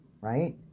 right